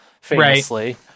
famously